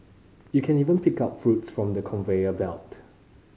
you can even pick up fruits from the conveyor belt